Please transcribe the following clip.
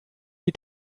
die